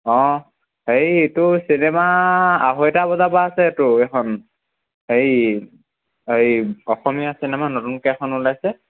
অঁ হেৰি এইটো চিনেমা আঢ়ৈটা বজাৰ পৰা আছে তোৰ এখন হেৰি অসমীয়া চিনেমা নতুনকৈ এখন ওলাইছে